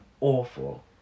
Awful